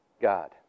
God